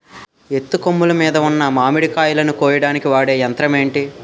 ఎత్తు కొమ్మలు మీద ఉన్న మామిడికాయలును కోయడానికి వాడే యంత్రం ఎంటి?